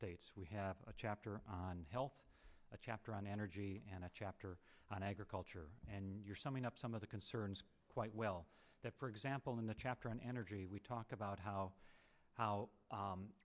states we have a chapter on health a chapter on energy and a chapter on agriculture and you're summing up some of the concerns quite well that for example in the chapter on energy we talk about how how